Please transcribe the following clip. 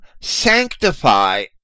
sanctify